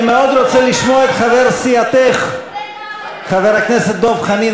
אני מאוד רוצה לשמוע את חבר סיעתך חבר הכנסת דב חנין.